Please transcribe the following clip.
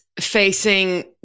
facing